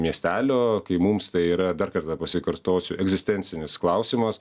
miestelio kai mums tai yra dar kartą pasikartosiu egzistencinis klausimas